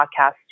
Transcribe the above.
podcast